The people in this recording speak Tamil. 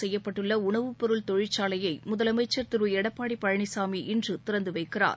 செய்யப்பட்டுள்ள உணவுப் பொருள் தொழிற்சாலையை முதலமைச்சர் திரு எடப்பாடி பழனிசாமி இன்று திறந்து வைக்கிறார்